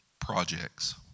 projects